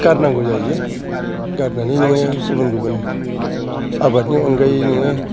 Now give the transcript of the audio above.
गारनांगौ जायैयो गारनानै नोङो गुबुन गुबुन आबादनि अनगायै नोङो